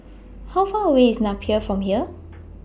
How Far away IS Napier from here